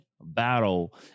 battle